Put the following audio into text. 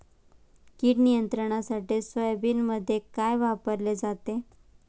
कीड नियंत्रणासाठी सोयाबीनमध्ये काय वापरले जाते?